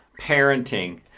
parenting